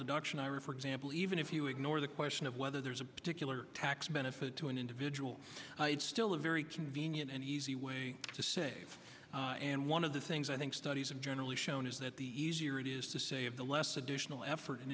deduction ira for example even if you ignore the question of whether there's a particular tax benefit to an individual it's still a very convenient and easy way to save and one of the things i think studies and generally shown is that the easier it is to save the less additional effort